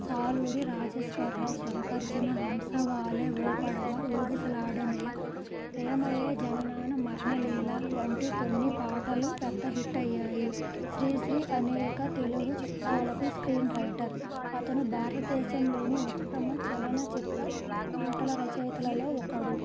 సాలూరి రాజేశ్వరరావు స్వరపరిచిన హంసవాలే ఓ పడవ ఊగిసలాడెనయ ప్రేమయే జననాన మరణలీల వంటి కొన్ని పాటలు పెద్ద హిట్ అయ్యాయి శ్రీశ్రీ అనేక తెలుగు చిత్రాలకు స్క్రీన్ రైటర్ అతను భారతదేశంలోని ఉత్తమ చలనచిత్ర పాటల రచయితలలో ఒకడు